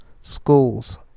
schools